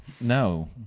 No